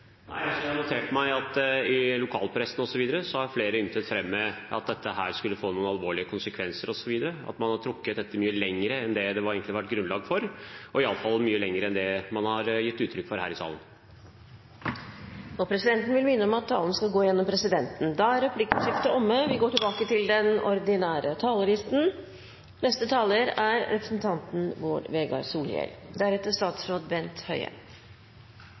jeg har notert meg at i lokalpressen osv. har flere ymtet frampå om at dette skulle få noen alvorlige konsekvenser, osv., at man har trukket dette mye lenger enn det egentlig har vært grunnlag for – og iallfall mye lenger enn det man har gitt uttrykk for her i salen.